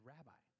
Rabbi